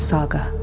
Saga